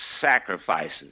sacrifices